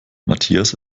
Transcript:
matthias